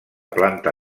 planta